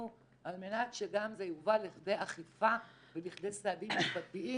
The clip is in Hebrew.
על מנת שגם זה יובא לכדי אכיפה ולכדי סעדים משפטיים